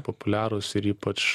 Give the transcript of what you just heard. populiarūs ir ypač